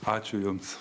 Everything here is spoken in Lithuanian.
ačiū jums